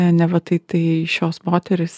neva tai tai šios moterys